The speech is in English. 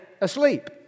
asleep